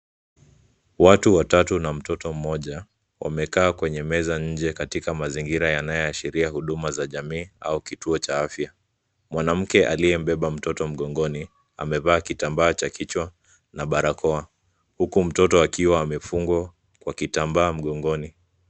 Watu watatu na mtoto mmoja wamekaa kwenye meza nje katika mazingira yanayoashiria huduma za jamii au kituo cha afya. Mwanamke aliyembeba mtoto mgongoni, amevaa kitambaa cha kichwa na barakoa, huku mtoto akiwa amefungwa kwa kitambaa mgongoni.